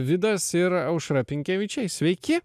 vidas ir aušra pinkevičiai sveiki